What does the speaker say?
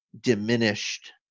diminished